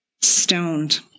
stoned